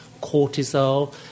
cortisol